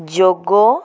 ଯୋଗ